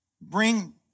bring